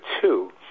two